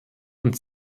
und